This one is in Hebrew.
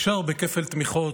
אפשר בכפל תמיכות,